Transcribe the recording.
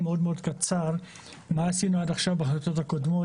קצרה מה עשינו עד עכשיו בהחלטות הקודמות.